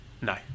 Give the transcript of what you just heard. No